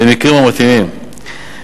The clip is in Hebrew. "במקרים המתאימים,